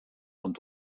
und